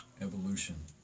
evolution